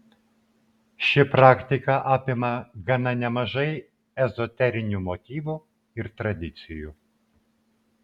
ši praktika apima gana nemažai ezoterinių motyvų ir tradicijų